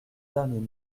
derniers